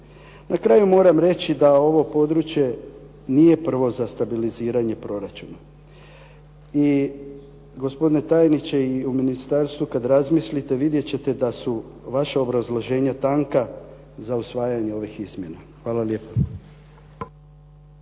Na kraju moram reći da ovo područje nije prvo za stabiliziranje proračuna i gospodine tajniče i u ministarstvu kad razmislite vidjet ćete da su vaša obrazloženja tanka za usvajanje ovih izmjena. Hvala lijepo.